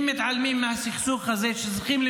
יוצאת היום מהחוק ---- יש עשרה אנשים,